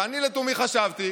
ואני לתומי חשבתי